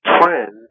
trend